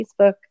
Facebook